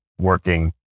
working